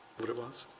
what it was?